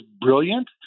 brilliant